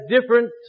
different